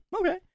Okay